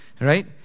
Right